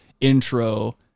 intro